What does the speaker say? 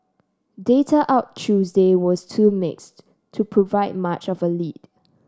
data out Tuesday was too mixed to provide much of a lead